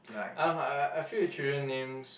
I uh I feel that children names